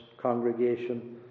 congregation